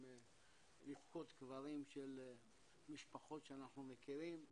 לפקוד קברים של משפחות שאנחנו מכירים,